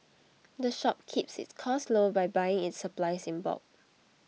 the shop keeps its costs low by buying its supplies in bulk